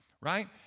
Right